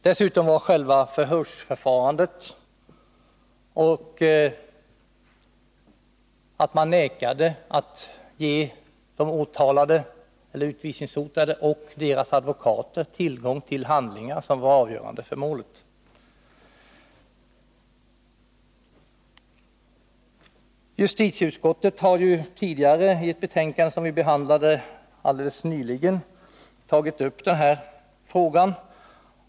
Dessutom förvägrades de utvisningshotade och deras advokater tillgång till sådana handlingar som var av avgörande betydelse i målet. Justitieutskottet har tidigare i ett betänkande som vi helt nyligen behandlade tagit upp den här frågan.